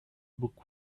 book